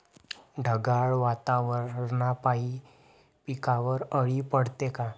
ढगाळ वातावरनापाई पिकावर अळी पडते का?